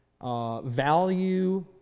Value